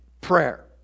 prayer